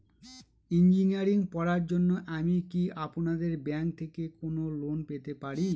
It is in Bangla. ইঞ্জিনিয়ারিং পড়ার জন্য আমি কি আপনাদের ব্যাঙ্ক থেকে কোন লোন পেতে পারি?